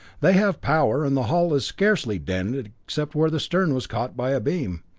they have power, and the hull is scarcely dented except where the stern was caught by a beam.